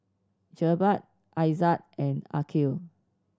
Jebat Aizat and Aqil